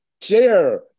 share